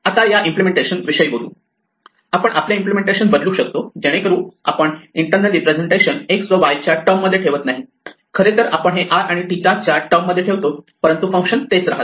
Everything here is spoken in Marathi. आता इम्पलेमेंटेशन या विषयी बोलू आपण आपले इम्पलेमेंटेशन बदलू शकतो जेणेकरून आपण इंटरनल रिप्रेझेंटेशन x व y च्या टर्म मध्ये ठेवत नाही खरेतर आपण हे r आणि 𝜭 च्या टर्म मध्ये ठेवतो परंतु फंक्शन तेच राहते